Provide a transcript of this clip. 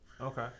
Okay